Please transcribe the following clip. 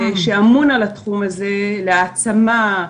שאמון על התחום הזה של העצמה,